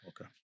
Okay